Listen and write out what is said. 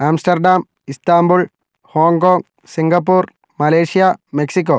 Amsterdam Istanbul Hong Kong Singapore Malaysia Mexico